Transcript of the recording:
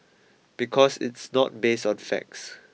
because it's not based on facts